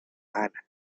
ana